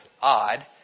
odd